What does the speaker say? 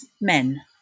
men